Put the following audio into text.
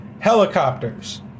helicopters